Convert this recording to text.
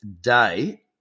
day